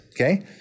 Okay